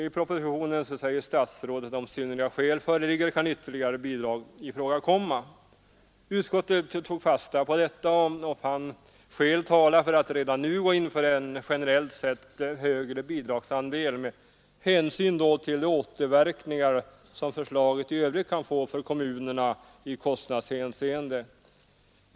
I propositionen säger statsrådet: ”Om synnerliga skäl föreligger kan ——— ytterligare bidrag ifrågakomma.” Utskottet tog fasta på detta och fann skäl tala för att redan nu gå in för en generellt sett högre bidragsandel med hänsyn till de återverkningar som förslaget i övrigt kan få för kommunerna i kostnadshänseende.